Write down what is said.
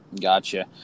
Gotcha